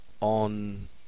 on